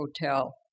Hotel